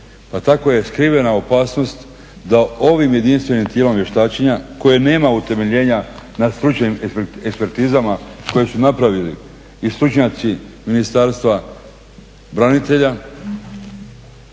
Pa tko je skrivena opasnost da ovim jedinstvenim tijelom vještačenja koje nema utemeljenja na stručnim ekspertizama koje su napravili i stručnjaci Ministarstva branitelja,